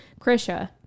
Krisha